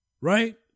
right